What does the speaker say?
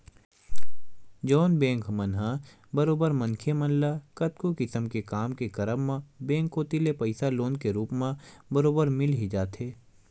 जउन बेंक मन ह बरोबर मनखे मन ल कतको किसम के काम के करब म बेंक कोती ले पइसा लोन के रुप म बरोबर मिल ही जाथे